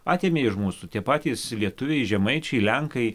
atėmė iš mūsų tie patys lietuviai žemaičiai lenkai